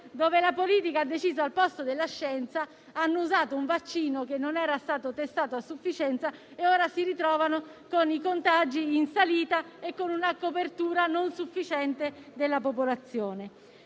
dove la politica ha deciso al posto della scienza: hanno usato un vaccino che non era stato testato a sufficienza e ora si ritrovano con i contagi in salita e con una copertura non sufficiente della popolazione.